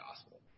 gospel